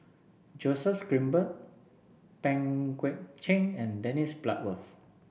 Joseph Grimberg Pang Guek Cheng and Dennis Bloodworth